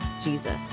Jesus